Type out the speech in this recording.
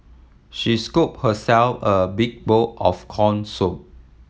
she scooped herself a big bowl of corn soup